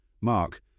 Mark